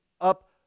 up